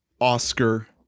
Oscar